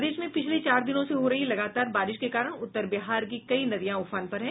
प्रदेश में पिछले चार दिनों से हो रही लगातार बारिश के कारण उत्तर बिहार की कई नदियां उफान पर हैं